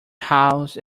house